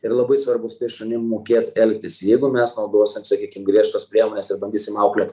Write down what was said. ir labai svarbus šuniu mokėt elgtis jeigu mes naudosim sakykim griežtas priemones ir bandysim auklėt